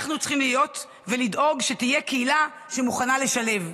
אנחנו צריכים להיות ולדאוג שתהיה קהילה שמוכנה לשלב.